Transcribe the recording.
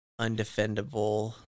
undefendable